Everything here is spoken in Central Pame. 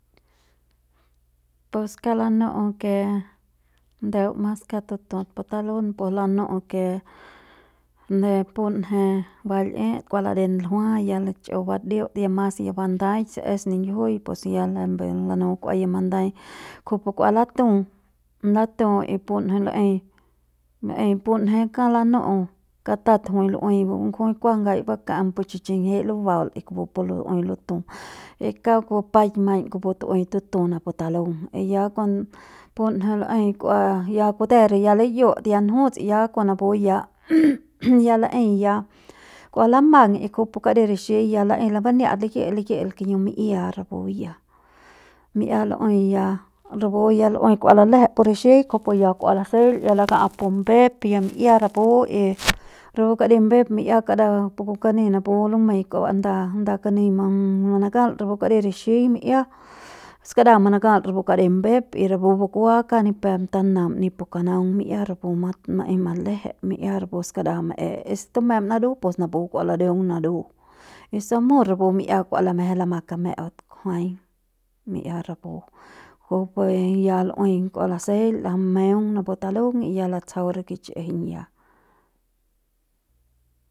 Pus kauk lanu'u ke ndeu mas kauk tutut talun pus lanu'u ke ne punje ba l'in kua laden ljua chu badiung ya mas bandaik se ningjuiñ pus ya lembu lanu kua ya mandai kujupu kua latu, latu y punje laei laei punje kauk lanu'u katat jui lu'uei jui kuajai baka'ang pu chi chinjiñ lubaul y kupu lu'uei lutu y kauk bupaik kupu maiñ tu'uei tutu napu talung y ya kuan punje lu'uei k'ua ya kute re ya liñut ya njuts ya kon napu ya ya laei ya kua lamang kuju pu kari rixiñ ya laei ya bania'at liki'il liki'il kiñu mi'ia rapu ya mi'ia lu'uei ya rapu ya lu'uei kua lulejep pu rixiñ kujupu ya kua laseil ya laka'at pumbep ya mi'ia rapu y rapu kari mbep mi'ia kara kani napu lumei kua ba nda nda kani manakal rapu kari rixiñ mi'ia skaraja manakal rapu kari mbep y rapu bukua kaung ni pep tanam ni pu kanaung mi'ia rapu mat maei malajei mi'ia rapu skadaja mae y si tumem naru pus napu kua ladeung naru y si mut rapu mi'ia kua lamaje lama kame'eut kujuai mi'ia rapu kujupu ya lu'uei ua laseil lameung napu talung y ya latsjau re kich'ijiñ ya.